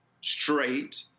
straight